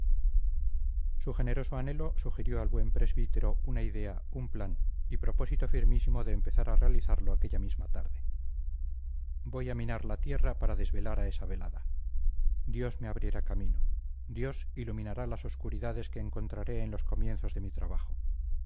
su generoso anhelo sugirió al buen presbítero una idea un plan y propósito firmísimo de empezar a realizarlo aquella misma tarde voy a minar la tierra para desvelar a esa velada dios me abrirá camino dios iluminará las obscuridades que encontraré en los comienzos de mi trabajo